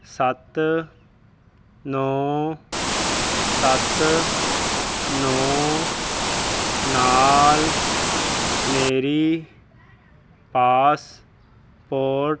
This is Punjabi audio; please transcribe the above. ਸੱਤ ਨੌਂ ਸੱਤ ਨੌਂ ਨਾਲ ਮੇਰੀ ਪਾਸਪੋਟ